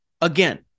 Again